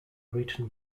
written